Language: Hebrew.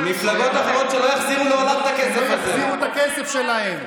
מפלגות אחרות שלא יחזירו לעולם את הכסף הזה.